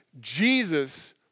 Jesus